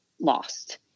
lost